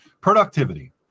Productivity